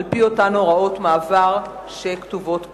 על-פי אותן הוראות מעבר שכתובות כאן.